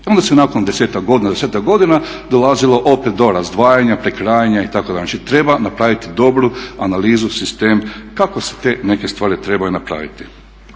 Onda se nakon 10-ak godina dolazilo opet do razdvajanja, prekrajanja itd. Znači treba napraviti dobru analizu, sistem kako se te neke stvari trebaju napraviti.